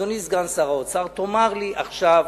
אדוני סגן שר האוצר, תאמר לי עכשיו,